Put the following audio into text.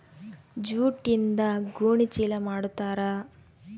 ಜೂಟ್ಯಿಂದ ಗೋಣಿ ಚೀಲ ಮಾಡುತಾರೆ